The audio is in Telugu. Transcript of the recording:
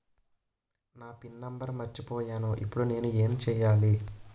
నా పిన్ నంబర్ మర్చిపోయాను ఇప్పుడు నేను ఎంచేయాలి?